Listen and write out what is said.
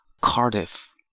Cardiff